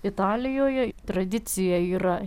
italijoje tradicija yra